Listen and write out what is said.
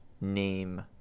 name